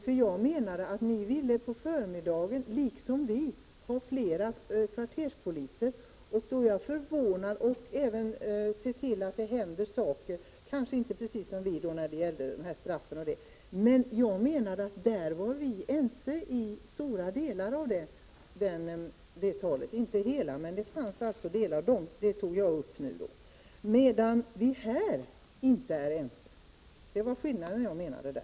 Vad jag menade var att ni på förmiddagen, liksom vi, menade att det behövdes fler kvarterspoliser och att det skulle hända saker. Kanske hade vi litet olika uppfattningar om t.ex. straffen. Men jag menar att vi i stort var ense tidigare i dag. Men det är vi inte nu. Det är den skillnaden som jag avsåg.